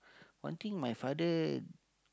one thing my father